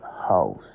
house